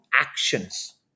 actions